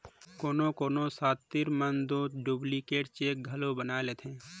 कोनो कोनो सातिर मन दो डुप्लीकेट चेक घलो बनाए लेथें